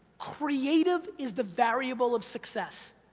creative is the variable of success,